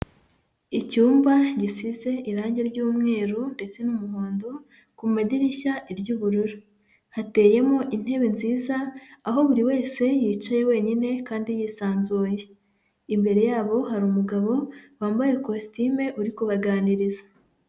Icyumba gisize irange ry'umweru ndetse n'umuhondo, ku madirishya iry'ubururu. Hateyemo intebe nziza, aho buri wese yicaye wenyine kandi yisanzuye. Imbere yabo hari umugabo wambaye kositime uri kubaganiriza.